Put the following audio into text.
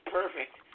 perfect